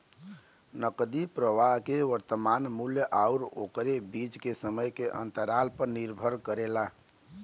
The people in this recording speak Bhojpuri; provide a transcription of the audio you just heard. नकदी प्रवाह के वर्तमान मूल्य आउर ओकरे बीच के समय के अंतराल पर निर्भर करेला